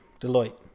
Deloitte